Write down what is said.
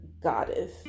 goddess